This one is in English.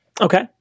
Okay